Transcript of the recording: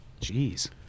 jeez